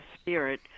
spirit